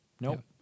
nope